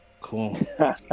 Cool